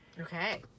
Okay